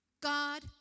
God